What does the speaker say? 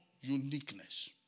uniqueness